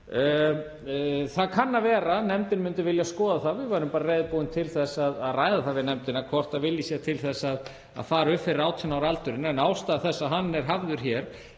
Það kann að vera að nefndin myndi vilja skoða það. Við værum reiðubúin til að ræða það við nefndina hvort vilji sé til að fara upp fyrir 18 ára aldurinn en ástæða þess að hann er hafður hér